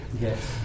Yes